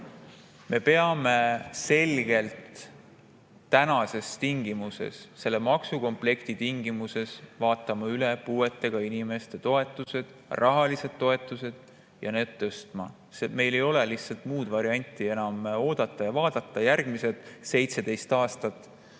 Me peame selgelt tänastes tingimustes, selle maksukomplekti tingimustes vaatama üle puuetega inimeste rahalised toetused ja neid tõstma. Meil ei ole lihtsalt muud varianti, enam ei saa oodata ja vaadata järgmised 17 aastat.